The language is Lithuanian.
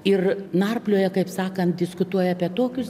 ir narplioja kaip sakant diskutuoja apie tokius